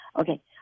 Okay